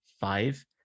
five